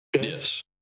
Yes